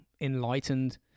enlightened